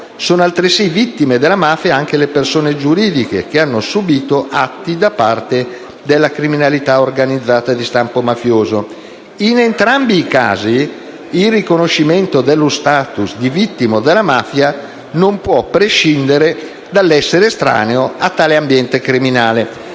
Sono altresì vittime della mafia anche le persone giuridiche che hanno subito atti da parte della criminalità organizzata di stampo mafioso. In entrambi i casi il riconoscimento dello *status* di vittima della mafia non può prescindere dall'esser estraneo a tale ambiente criminale».